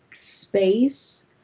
space